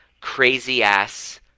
crazy-ass